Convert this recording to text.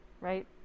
Right